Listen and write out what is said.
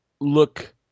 look